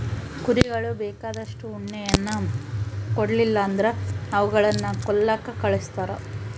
ಕುರಿಗಳು ಬೇಕಾದಷ್ಟು ಉಣ್ಣೆಯನ್ನ ಕೊಡ್ಲಿಲ್ಲ ಅಂದ್ರ ಅವುಗಳನ್ನ ಕೊಲ್ಲಕ ಕಳಿಸ್ತಾರ